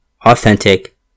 authentic